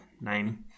name